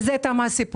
בזה תם הסיפור.